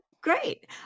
Great